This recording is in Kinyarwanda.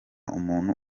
muntu